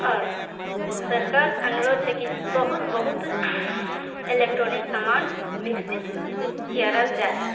आओर सरकारसे अनुरोध छै कि बहुत बहुत इलेक्ट्रोनिक समान बिकसित करल जाए